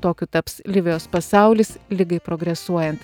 tokiu taps livijos pasaulis ligai progresuojant